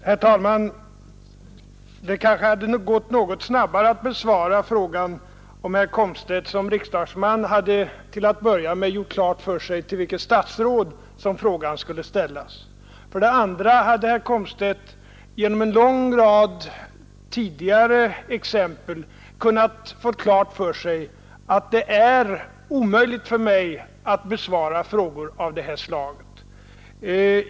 Herr talman! Det kanske hade gått något snabbare att få svar på frågan om herr Komstedt till att börja med hade gjort klart för sig till vilket statsråd frågan skulle ställas. För det andra hade herr Komstedt genom en lång rad tidigare exempel kunnat få klart för sig att det är omöjligt för mig att svara på frågor av detta slag.